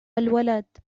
الولد